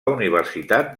universitat